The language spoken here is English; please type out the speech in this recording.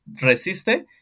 Resiste